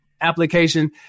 application